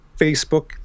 Facebook